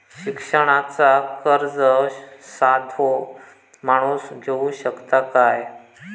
शिक्षणाचा कर्ज साधो माणूस घेऊ शकता काय?